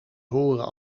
horen